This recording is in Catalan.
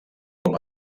com